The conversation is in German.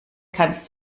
kannst